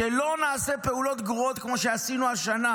שלא נעשה פעולות גרועות כמו שעשינו השנה.